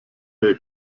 der